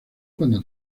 cuando